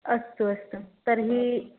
अस्तु अस्तु तर्हि